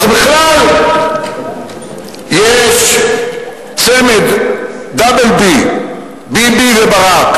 אז בכלל יש צמד, "דאבל B" ביבי וברק,